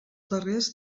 darrers